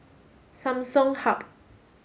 Samsung Hub